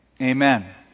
amen